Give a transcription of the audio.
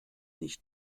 nicht